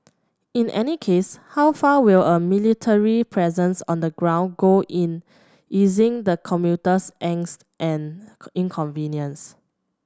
in any case how far will a military presence on the ground go in easing the commuter's angst and inconvenience